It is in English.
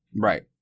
right